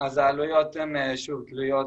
העלויות תלויות,